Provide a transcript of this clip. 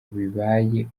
bibaye